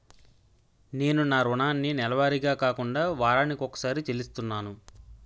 నేను నా రుణాన్ని నెలవారీగా కాకుండా వారాని కొక్కసారి చెల్లిస్తున్నాను